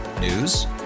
News